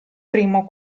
primo